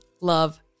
love